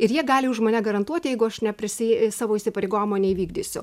ir jie gali už mane garantuoti jeigu aš neprisi savo įsipareigojimo neįvykdysiu